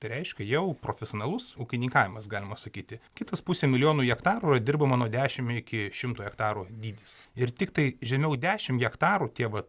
tai reiškia jau profesionalus ūkininkavimas galima sakyti kitas pusė milijonų hektarų dirbama nuo dešimt iki šimto hektarų dydis ir tiktai žemiau dešimt hektarų tie va